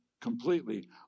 completely